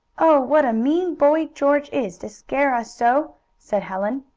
oh, what a mean boy george is, to scare us so! said helen.